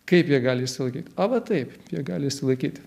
kaip jie gali išsilaikyti arba taip jie gali išsilaikyti